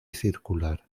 circular